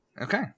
Okay